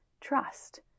Trust